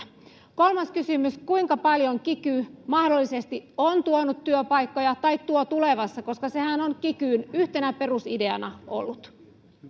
kolmas kysymys kuinka paljon kiky mahdollisesti on tuonut työpaikkoja tai tuo tulevassa koska sehän on kikyn yhtenä perusideana ollut